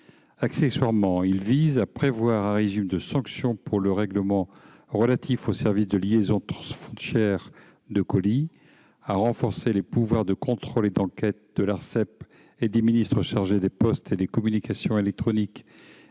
Accessoirement, il vise à prévoir un régime de sanctions pour le règlement relatif aux services de livraison transfrontière de colis, à renforcer les pouvoirs de contrôle et d'enquête de l'Autorité de régulation des communications électroniques,